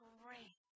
great